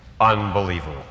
unbelievable